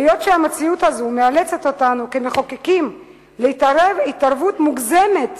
היות שהמציאות הזאת מאלצת אותנו כמחוקקים להתערב התערבות מוגזמת